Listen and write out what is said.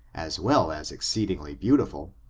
as well as exceedingly beautiful,